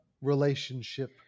relationship